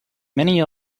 many